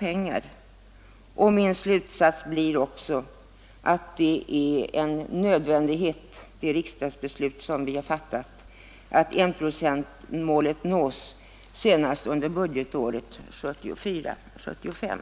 Även min slutsats blir att det är nödvändigt att enprocentsmålet i enlighet med vårt beslut uppnås senast under budgetåret 1974/75.